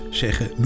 zeggen